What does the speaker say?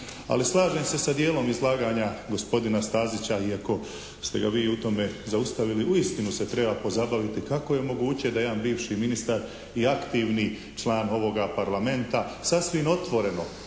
ali slažem se sa dijelom izlaganja gospodina Stazića iako ste ga vi u tome zaustavili. Uistinu se treba pozabaviti kako je moguće da jedan bivši ministar i aktivni član ovoga Parlamenta sasvim otvoreno